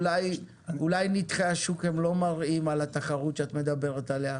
אולי נתחי השוק לא מראים על התחרות שאת מדברת עליה?